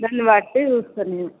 దాన్నిబట్టి చూస్తాను నేను